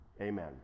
Amen